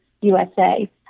USA